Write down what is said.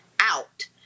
out